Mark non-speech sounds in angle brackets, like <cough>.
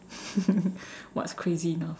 <laughs> what's crazy enough